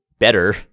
better